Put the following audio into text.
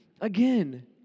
again